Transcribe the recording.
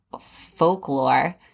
folklore